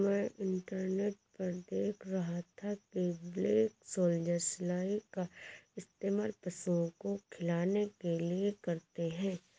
मैं इंटरनेट पर देख रहा था कि ब्लैक सोल्जर सिलाई का इस्तेमाल पशुओं को खिलाने के लिए करते हैं